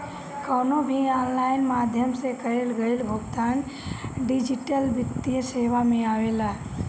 कवनो भी ऑनलाइन माध्यम से कईल गईल भुगतान डिजिटल वित्तीय सेवा में आवेला